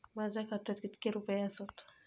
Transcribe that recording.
माझ्या खात्यात कितके रुपये आसत?